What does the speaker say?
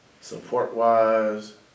support-wise